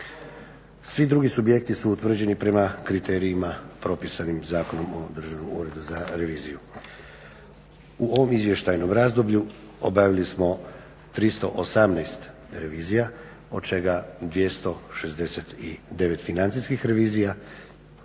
Svi drugi subjekti su utvrđeni prema kriterijima propisanim Zakonom o Državnom uredu za reviziju. U ovom izvještajnom razdoblju obavili smo 318 revizija, od čega 269 financijskih revizija